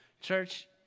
Church